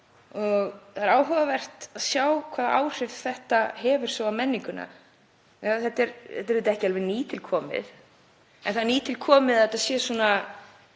og það er áhugavert að sjá hvaða áhrif þetta hefur svo á menninguna. Þetta er auðvitað ekki alveg nýtilkomið. En það er nýtilkomið að þetta sé svona